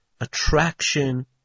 attraction